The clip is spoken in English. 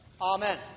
Amen